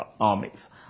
armies